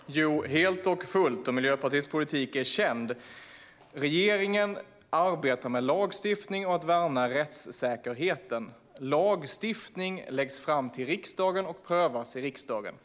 Herr talman! Jo, det gör jag helt och fullt. Och Miljöpartiets politik är känd. Regeringen arbetar med lagstiftning och att värna rättssäkerheten. Förslag till lagstiftning läggs fram till riksdagen och prövas i riksdagen.